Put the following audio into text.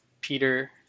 Peter